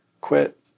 quit